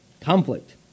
conflict